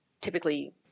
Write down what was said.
typically